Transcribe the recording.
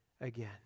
again